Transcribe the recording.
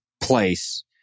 place